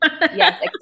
yes